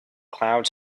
cloud